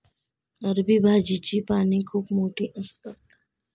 अरबी भाजीची पाने खूप मोठी असतात